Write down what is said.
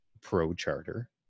pro-charter